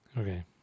okay